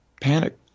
panic